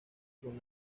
con